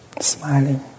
smiling